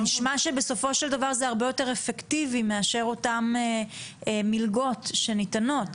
נשמע שבסופו של דבר זה הרבה יותר אפקטיבי מאשר אותן מלגות שניתנות.